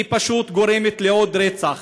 היא פשוט גורמת לעוד רצח.